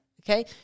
okay